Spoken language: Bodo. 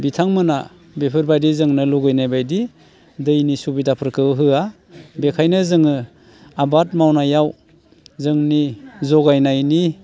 बिथांमोना बेफोरबायदि जोंनो लुबैनाय बायदि दैनि सुबिदाफोरखौ होआ बेखायनो जोङो आबाद मावनायाव जोंनि जगायनायनि